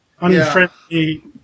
Unfriendly